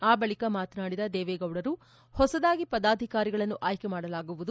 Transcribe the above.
ಆ ಬಳಿಕ ಮಾತನಾಡಿದ ದೇವೇಗೌಡರು ಹೊಸದಾಗಿ ಪದಾಧಿಕಾರಿಗಳನ್ನು ಆಯ್ಕೆ ಮಾಡಲಾಗುವುದು